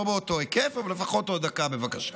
לא באותו היקף, אבל לפחות עוד דקה, בבקשה.